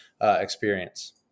experience